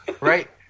Right